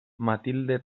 matilde